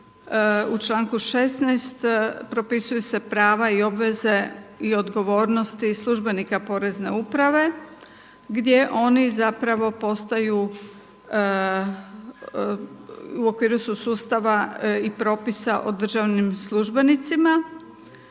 u članku 16. propisuju se prava i obveze i odgovornosti službenika porezne uprave gdje oni zapravo postaju, u okviru su sustava i propisa o državnim službenicima